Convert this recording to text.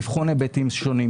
לבחון היבטים שונים.